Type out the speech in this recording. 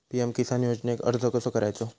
PM Kisan योजनेक अर्ज कसो करायचो?